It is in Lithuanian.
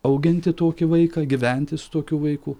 auginti tokį vaiką gyventi su tokiu vaiku